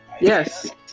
Yes